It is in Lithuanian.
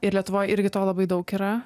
ir lietuvoj irgi to labai daug yra